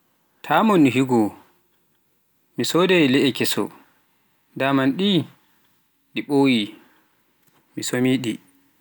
Ta dammu higo, mi soodai le'e keso, daman ɗii ko ɓooyɗi, mi somi ɗii.